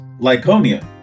Lyconia